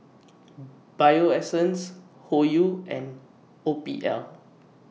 Bio Essence Hoyu and O P L